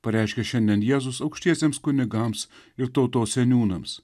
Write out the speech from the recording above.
pareiškė šiandien jėzus aukštiesiems kunigams ir tautos seniūnams